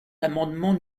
l’amendement